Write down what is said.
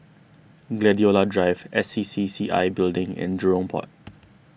Gladiola Drive S C C C I Building and Jurong Port